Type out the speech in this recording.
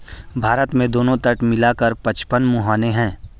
भारत में दोनों तट मिला कर पचपन मुहाने हैं